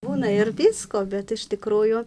būna ir visko bet iš tikrųjų